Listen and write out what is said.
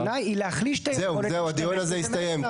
זהו, הדיון הזה הסתיים.